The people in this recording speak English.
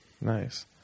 Nice